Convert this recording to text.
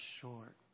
short